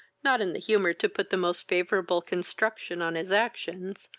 not in the humour to put the most favourable construction on his actions,